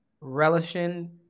Relishing